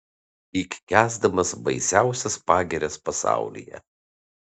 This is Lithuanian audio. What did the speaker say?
lyg kęsdamas baisiausias pagirias pasaulyje